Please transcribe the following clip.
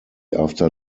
after